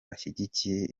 bashyigikiye